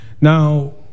Now